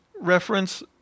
reference